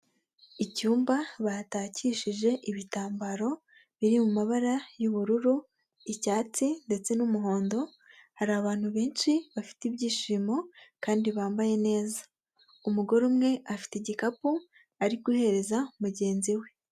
Icyumba batakishije ibitambaro biri mu mabara y'ubururu, icyatsi ndetse n'umuhondo hari abantu benshi bafite ibyishimo kandi bambaye neza. Umugore umwe afite igikapu ari guhereza mugenzi we.